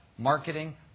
marketing